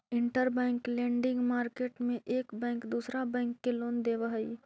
interbank lending market में एक bank दूसरा बैंक के लोन देवऽ हई